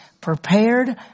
prepared